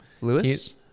Lewis